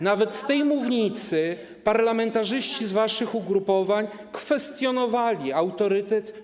Nnawet z tej mównicy parlamentarzyści z waszych ugrupowań kwestionowali autorytet.